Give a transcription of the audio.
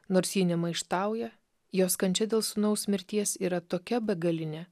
nors ji nemaištauja jos kančia dėl sūnaus mirties yra tokia begalinė